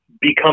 become